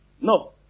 No